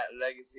legacy